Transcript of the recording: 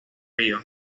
río